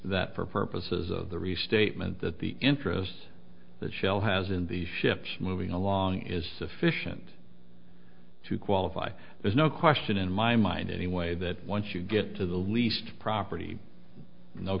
that for purposes of the restatement that the interests that shell has in the ships moving along is sufficient to qualify there's no question in my mind anyway that once you get to the least property no